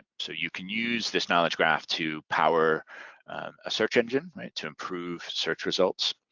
so you can use this knowledge graph to power a search engine, to improve search results.